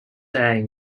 and